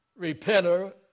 repenter